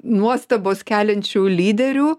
nuostabos keliančių lyderių